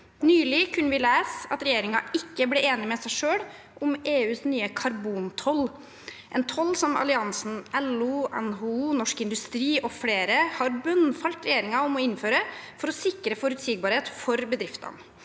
Nylig kunne vi lese at regjeringen ikke ble enig med seg selv om EUs nye karbontoll, en toll som alliansen LO, NHO, Norsk Industri og flere har bønnfalt regjeringen om å innføre for å sikre forutsigbarhet for bedriftene.